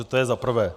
To je za prvé.